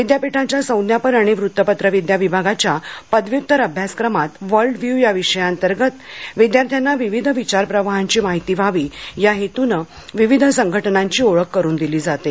विद्यापीठाच्या संज्ञापन आणि वृत्तपत्रविद्या विभागाच्या पदव्युत्तर अभ्यासक्रमात वर्ल्ड व्ह्यू या विषयाअंतर्गत विद्यार्थ्यांना विविध विचारप्रवाहांची माहिती व्हावी या हेतूने विविध संघटनांची ओळख करून दिली जाते